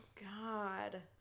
God